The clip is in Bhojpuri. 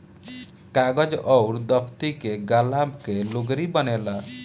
कागज अउर दफ़्ती के गाला के लुगरी बनेला